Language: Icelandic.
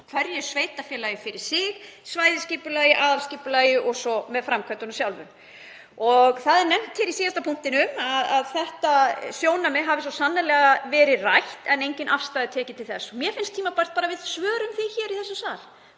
hverju sveitarfélagi fyrir sig með svæðisskipulagi, aðalskipulagi og svo með framkvæmdunum sjálfum. Nefnt er í síðasta punktinum að þetta sjónarmið hafi svo sannarlega verið rætt en engin afstaða tekin til þess. Mér finnst tímabært að við svörum því í þessum sal